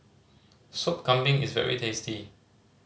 Sop Kambing is very tasty